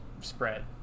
spread